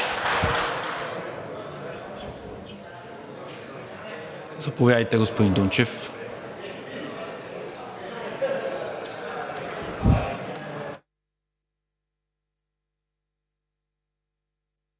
Заповядайте, господин Дунчев.